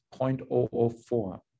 0.004